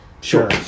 Sure